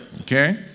Okay